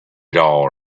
dollars